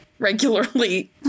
regularly